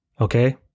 okay